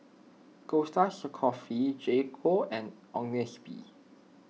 Costa Coffee J Co and Agnes B